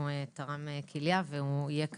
שהוא תרם כליה והוא יהיה כאן.